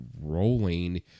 rolling